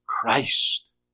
Christ